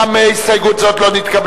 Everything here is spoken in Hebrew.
גם הסתייגות זו לא נתקבלה.